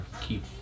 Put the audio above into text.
keep